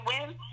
win